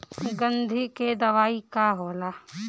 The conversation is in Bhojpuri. गंधी के दवाई का होला?